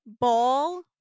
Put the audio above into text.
ball